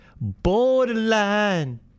borderline